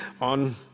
on